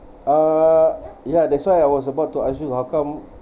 err ya that's why I was about to ask you how come